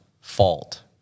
fault